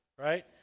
right